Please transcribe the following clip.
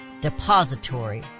depository